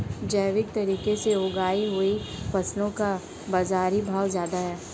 जैविक तरीके से उगाई हुई फसलों का बाज़ारी भाव ज़्यादा है